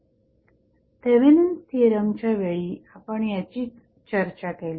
Thevenin's थिअरमच्या वेळी आपण याचीच चर्चा केली